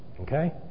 Okay